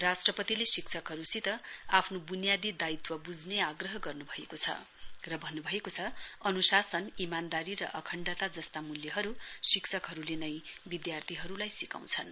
राष्ट्रपतिले शिक्षकहरूसित आफ्नो बुनियादी दायित्व बुझ्ने आग्रह गर्नु भएको छ र भन्नु भएको छ अनुशासन इमान्दारी र अखण्डता जस्ता मूल्यहरू शिक्षकले नै विद्यार्थीहरूलाई सिकाउँछन्